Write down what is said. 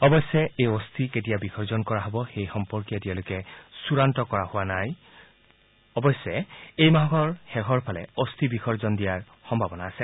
অৱশ্যে এই অস্থি কেতিয়া বিসৰ্জন কৰা হ'ব সেই সম্পৰ্কে এতিয়ালৈকে চূড়ান্ত কৰা নাই যদিও এই মাহৰ শেষৰফালে অস্থি বিসৰ্জন কৰাৰ সম্ভাৱনা আছে